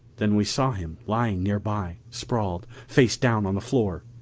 than we saw him lying nearby, sprawled, face down on the floor!